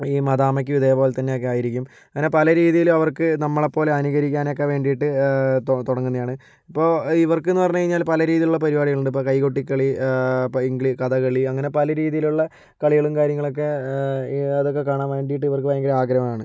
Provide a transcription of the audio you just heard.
ഈ മദാമ്മയ്ക്കും ഇതേപോലെത്ത ന്നെ ഒക്കെ ആയിരിക്കും അങ്ങനെ പല രീതിയിലും അവർക്ക് നമ്മളെപ്പോലെ അനുകരിക്കാനൊക്കെ വേണ്ടിയിട്ട് തുടങ്ങുന്നതാണ് ഇപ്പോൾ ഇവർക്കെന്നു പറഞ്ഞു കഴിഞ്ഞാൽ പല രീതിയിലുള്ള പരിപാടികളുണ്ട് ഇപ്പോൾ കൈകൊട്ടിക്കളി ഇപ്പോൾ കഥകളി അങ്ങനെ പല രീതിയിലുള്ള കളികളും കാര്യങ്ങളൊക്കെ അതൊക്കെ കാണാൻ വേണ്ടിയിട്ട് ഇവർക്ക് ഭയങ്കര ആഗ്രഹമാണ്